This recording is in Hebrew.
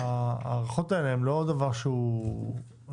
ההארכות האלה הן לא דבר שהוא טוב.